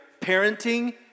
parenting